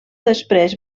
després